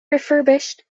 refurbished